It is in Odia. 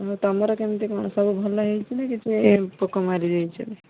ଆଉ ତମର କେମତି କଣ ସବୁ ଭଲ ହେଇଛିନା କିଛି ଏମିତି ପୋକ ମାଡ଼ିଯାଇଛନ୍ତିି